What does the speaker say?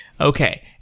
Okay